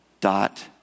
dot